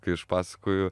kai aš pasakoju